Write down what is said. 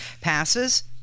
passes